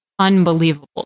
unbelievable